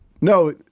No